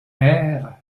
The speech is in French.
ère